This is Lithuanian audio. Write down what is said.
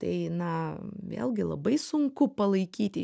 tai na vėlgi labai sunku palaikyti